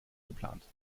geplant